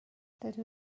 dydw